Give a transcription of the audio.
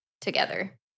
together